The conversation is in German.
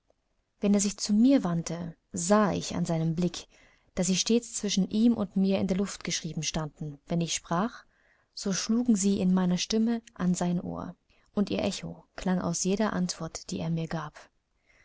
wenn er sich zu mir wandte sah ich an seinem blick daß sie stets zwischen ihm und mir in der luft geschrieben standen wenn ich sprach so schlugen sie in meiner stimme an sein ohr und ihr echo klang aus jeder antwort die er mir gab